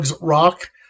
rock